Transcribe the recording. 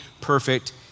perfect